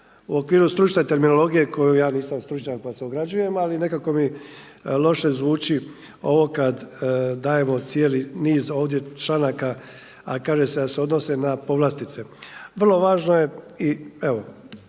u okviru stručne terminologije za koju ja nisam stručnjak, pa se ograđujem. Ali nekako mi loše zvuči ovo kad dajemo cijeli niz ovdje članaka, a kaže se da se odnose na povlastice. Vrlo važno je i evo